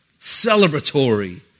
celebratory